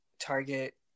target